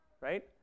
right